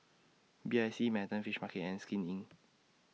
B I C Manhattan Fish Market and Skin Inc